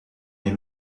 les